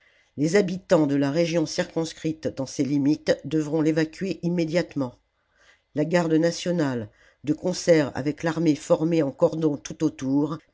les habitants de la région circonscrite dans ses limites devront l'évacuer immédiatement la garde nationale de concert avec l'armée formée en cordons tout autour